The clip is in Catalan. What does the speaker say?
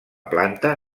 planta